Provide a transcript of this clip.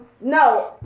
no